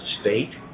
state